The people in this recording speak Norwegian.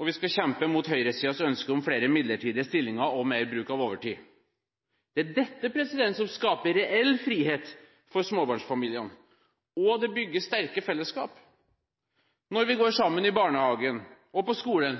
Og vi skal kjempe mot høyresidens ønske om flere midlertidige stillinger og mer bruk av overtid. Det er dette som skaper reell frihet for småbarnsfamiliene, og det bygger sterke fellesskap. Når vi går sammen i barnehagen og på skolen,